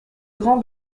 grand